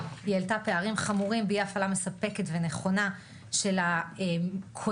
היא העלתה פערים חמורים באי הפעלה מספקת ונכונה של הכוננים